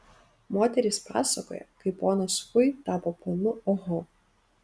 moterys pasakoja kaip ponas fui tapo ponu oho